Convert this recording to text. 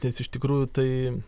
nes iš tikrųjų tai